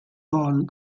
vol